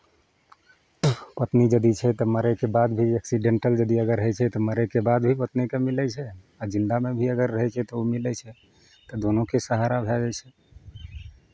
पत्नी यदि छै तऽ मरयके बाद भी एक्सीडेंटल यदि अगर होइ छै तऽ मरयके बाद भी पत्नीकेँ मिलै छै आ जिन्दामे भी अगर रहै छै तऽ ओ मिलै छै तऽ दोनोके सहारा भए जाइ छै